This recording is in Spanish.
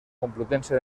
complutense